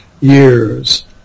years